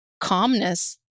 calmness